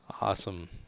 Awesome